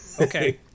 okay